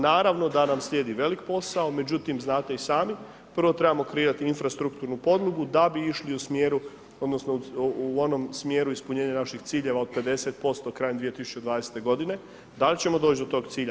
Naravno da nam slijedi velik posao, međutim znate i sami, prvo trebamo kreirat infrastrukturnu podlogu da bi išli u smjeru, odnosno u onom smjeru ispunjenja naših ciljeva od 50% krajem 2020. godine, da li ćemo doć do tog cilja?